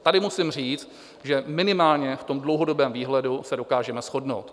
Tady musím říct, že minimálně v dlouhodobém výhledu se dokážeme shodnout.